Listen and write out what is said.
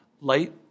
light